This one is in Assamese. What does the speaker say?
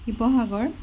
শিৱসাগৰ